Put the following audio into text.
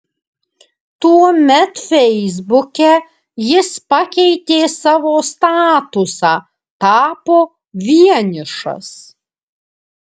tuomet feisbuke jis pakeitė savo statusą tapo vienišas